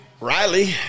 Riley